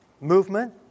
movement